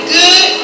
good